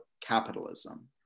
capitalism